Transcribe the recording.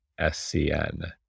SCN